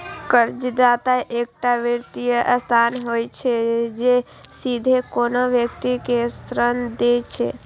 कर्जदाता एकटा वित्तीय संस्था होइ छै, जे सीधे कोनो व्यक्ति कें ऋण दै छै